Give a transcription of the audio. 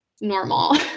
normal